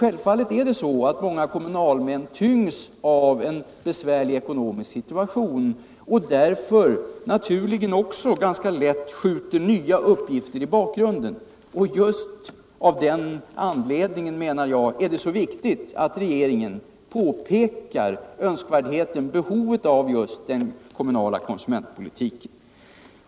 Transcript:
Självfallet är det så att många kommunalmän tyngs av en besvärlig ekonomisk situation och därför naturligen också ganska lätt skjuter nya uppgifter i bakgrunden. Just av den anledningen, menar jag, är det så viktigt att regeringen påpekar önskvärdheten och behovet av just den kommunala konsumentpolitiken.